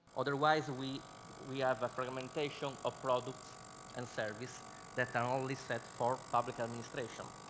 otherwise we we have a fragmentation of products and service that are only set for public administration.